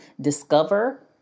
discover